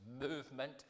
movement